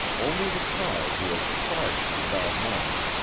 only the child who has surprised him at odd moments,